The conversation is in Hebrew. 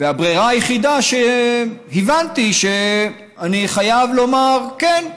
והברירה היחידה שהבנתי היא שאני חייב לומר כן,